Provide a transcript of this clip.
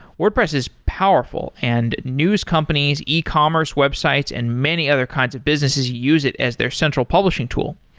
wordpress is powerful and news companies, e-commerce, websites and many other kinds of businesses use it as their central publishing tool.